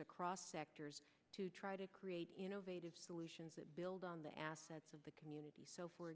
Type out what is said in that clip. across sectors to try to create innovative solutions that build on the assets of the community so for